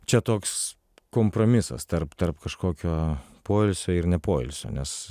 čia toks kompromisas tarp tarp kažkokio poilsio ir ne poilsio nes